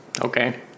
Okay